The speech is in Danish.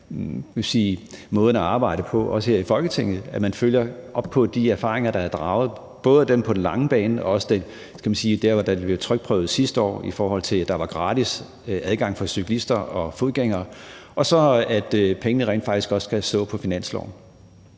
måden at arbejde på, også her i Folketinget, altså at man følger op på de erfaringer, der er draget, både dem på den lange bane og også der, hvor der er blevet, hvad skal man sige, trykprøvet sidste år, i forhold til at der var gratis adgang for cyklister og fodgængere. Og den anden er, at pengene rent faktisk også skal stå på finansloven.